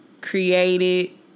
created